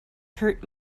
hurt